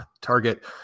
target